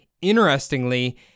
Interestingly